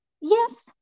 Yes